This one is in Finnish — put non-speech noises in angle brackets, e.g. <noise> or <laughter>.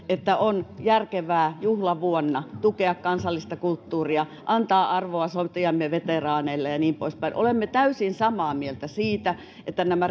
<unintelligible> että on järkevää juhlavuonna tukea kansallista kulttuuria antaa arvoa sotiemme veteraaneille ja niin poispäin olemme täysin samaa mieltä siitä että nämä <unintelligible>